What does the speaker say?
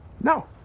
No